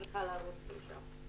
צריכה לרוץ לשם.